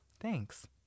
Thanks